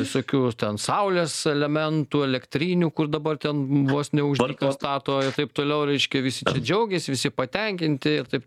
visokių ten saulės elementų elektrinių kur dabar ten vos ne už dyką stato ir taip toliau reiškia visi džiaugiasi visi patenkinti ir taip